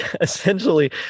essentially